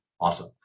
Awesome